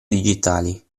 digitali